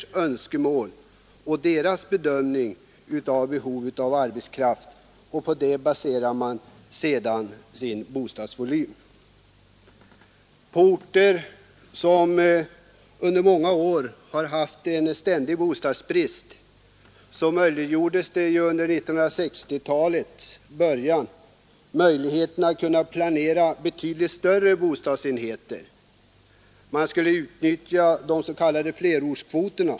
Bostadsbyggandets volym baseras på deras bedömning av arbetskraftsbehovet. På orter som under många år haft en ständig bostadsbrist planerades under 1960-talets början betydligt större bostadsenheter än tidigare. Man skulle utnyttja de s.k. flerortskvoterna.